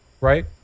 Right